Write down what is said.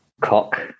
Cock